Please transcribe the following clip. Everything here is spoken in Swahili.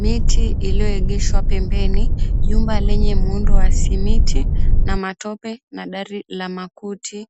Miti iliyoegeshwa pembeni. Jumba lenye muundo wa simiti, na matope, na dari la makuti.